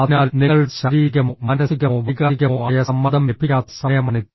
അതിനാൽ നിങ്ങളുടെ ശാരീരികമോ മാനസികമോ വൈകാരികമോ ആയ സമ്മർദ്ദം ലഭിക്കാത്ത സമയമാണിത്